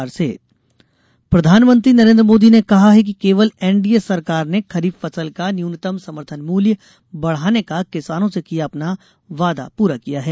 प्रधानमंत्री प्रधानमंत्री नरेन्द्र मोदी ने कहा है कि केवल एनडीए सरकार ने खरीफ फसल का न्यूनतम समर्थन मूल्य बढाने का किसानों से किया अपना वादा पूरा किया है